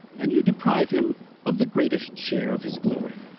and you deprive him of the greatest share of his glory.